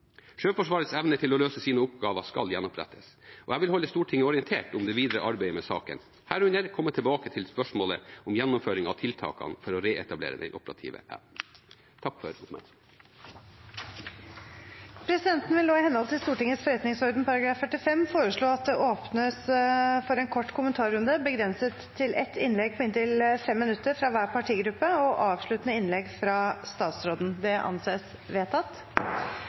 Sjøforsvarets evne til å løse sine oppgaver skal gjenopprettes. Jeg vil holde Stortinget orientert om det videre arbeidet med saken, herunder komme tilbake til spørsmålet om gjennomføring av tiltakene for å reetablere den operative evnen. Presidenten vil nå i henhold til Stortingets forretningsorden § 45 foreslå at det åpnes for en kort kommentarrunde, begrenset til ett innlegg på inntil 5 minutter fra hver partigruppe og avsluttende innlegg fra statsråden. – Det anses vedtatt.